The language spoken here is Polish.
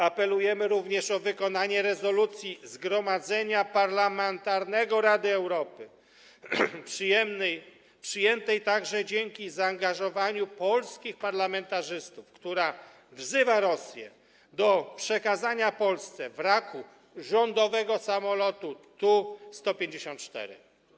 Apelujemy również o wykonanie rezolucji Zgromadzenia Parlamentarnego Rady Europy, przyjętej także dzięki zaangażowaniu polskich parlamentarzystów, która wzywa Rosję do przekazania Polsce wraku rządowego samolotu TU-154.